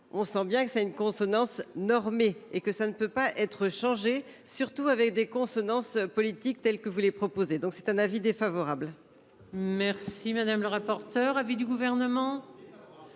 On sent bien que c'est une consonance normés et que ça ne peut pas être changé surtout avec des consonances politiques tels que vous les proposer. Donc c'est un avis défavorable. Merci madame le rapporteur avis du gouvernement.